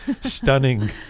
stunning